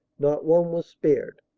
not one was spared.